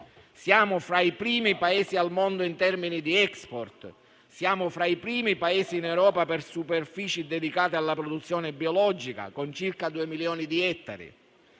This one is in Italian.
Siamo fra i primi Paesi al mondo in termini di *export*, siamo fra i primi Paesi in Europa per superfici dedicate alla produzione biologica con circa due milioni di ettari,